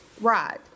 Right